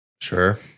Sure